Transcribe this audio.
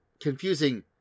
Confusing